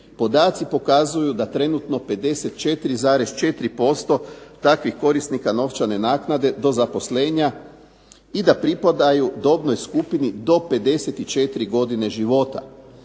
Podaci pokazuju da trenutno 54,4% takvih korisnika novčane naknade do zaposlenja i da pripadaju dobnoj skupini do 54 godine života.